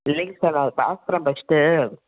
இல்லைங்க சார் நான் அதை பார்க்குறேன் பர்ஸ்ட்டு